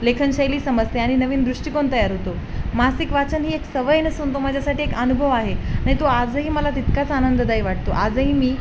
लेखनशैली समजते आणि नवीन दृष्टिकोन तयार होतो मासिक वाचन ही एक सवय नसून तो माझ्यासाठी एक अनुभव आहे ना तो आजही मला तितकाच आनंददायी वाटतो आजही मी